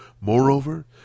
Moreover